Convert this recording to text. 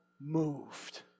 moved